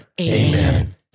Amen